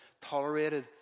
tolerated